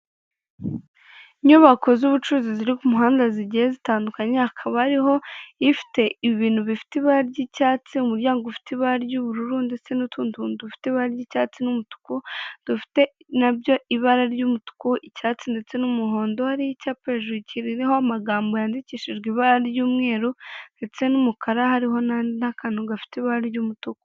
Inyubako z'ubucuruzi ziri ku muhanda zigiye zitandukanye, hakaba hariho ifite ibintu bifite ibara ry'icyatsi, umuryango ufite ibara ry'ubururu ndetse n'utundi tuntu dufite ibara ry'icyatsi n'umutuku dufite na byo ibara ry'umutuku, icyatsi ndetse n'umuhondo, hari icyapa hejuru kiriho amagambo yandikishijwe ibara ry'umweru ndetse n'umukara, hariho n'akantu gafite ibara ry'umutuku.